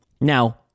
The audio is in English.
Now